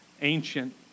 ancient